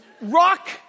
rock